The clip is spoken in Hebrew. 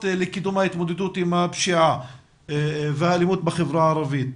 לקידום ההתמודדות עם הפשיעה והאלימות בחברה הערבית.